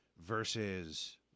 versus